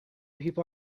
people